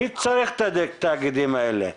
מי צריך את התאגידים האלה?